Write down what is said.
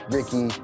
Ricky